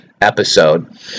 episode